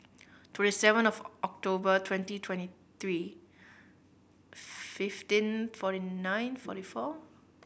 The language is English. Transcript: twenty seven of October twenty twenty three fifteen forty nine forty four